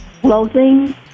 clothing